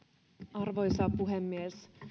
arvoisa puhemies